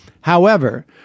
however-